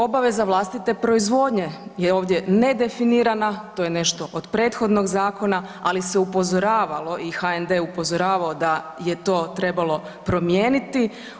Obaveza vlastite proizvodnje, je ovdje nedefinirana, to je nešto od prethodnog zakona ali se upozoravalo i HND je upozoravao da je to trebalo promijeniti.